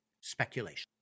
speculation